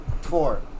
four